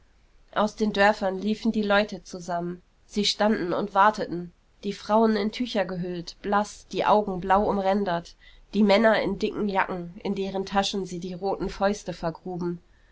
aus den dörfern liefen die leute zusammen sie standen und warteten die frauen in tücher gehüllt blaß die augen blau umrändert die männer in dicken jacken in deren taschen sie die roten fäuste vergruben